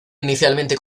inicialmente